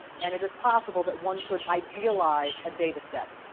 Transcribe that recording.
and it is possible that one could idealize a data set.